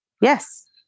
Yes